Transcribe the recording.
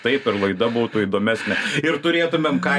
taip ir laida būtų įdomesnė ir turėtumėm ką